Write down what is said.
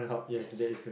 yes